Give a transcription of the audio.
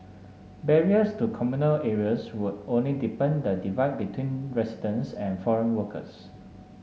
barriers to communal areas would only deepen the divide between residents and foreign workers